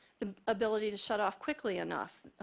the ability to shut-off quickly enough,